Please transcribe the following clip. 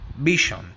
Vision